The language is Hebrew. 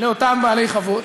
לאותם בעלי חוות,